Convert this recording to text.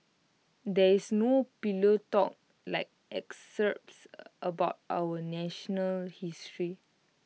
there is no pillow talk like excerpts about our national history